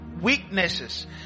weaknesses